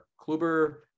Kluber